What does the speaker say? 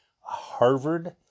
Harvard